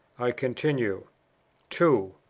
i continue two.